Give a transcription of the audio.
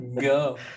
go